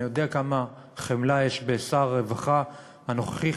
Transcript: אני יודע כמה חמלה יש בשר הרווחה הנוכחי,